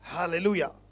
Hallelujah